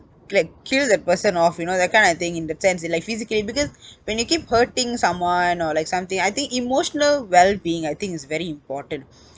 like kill the person off you know that kind of thing in the sense like physically because when you keep hurting someone or like something I think emotional well being I think is very important